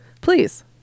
please